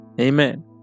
amen